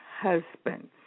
husband